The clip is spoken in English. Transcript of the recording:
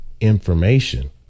information